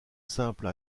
simple